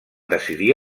decidir